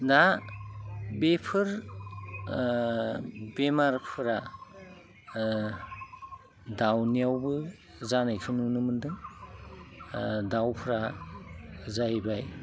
दा बेफोर बेमारफोरा दाउनियावबो जानायखौ नुनो मोन्दों दाउफ्रा जाहैबाय